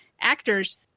actors